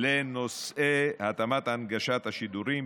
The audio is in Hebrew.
לנושאי התאמת והנגשת השידורים.